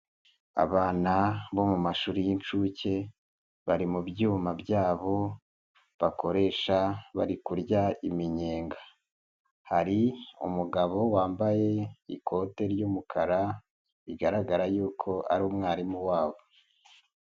Abana bo mu mashuri y'inshuke bari mu byuma byabo bakoresha bari kurya iminyenga, hari umugabo wambaye ikote ry'umukara rigaragara yuko ari umwarimu wabo.